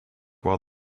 while